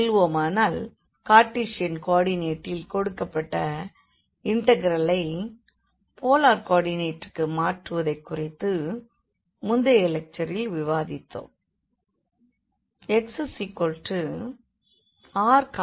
செல்வோமானால் Cartesian கோ ஆர்டினேட்டில் கொடுக்கப்பட்ட இண்டெக்ரலை போலார் கோ ஆர்டினெட்டுக்கு மாற்றுவதைக் குறித்து முந்தைய லெக்சரில் விவாதித்திருந்தோம்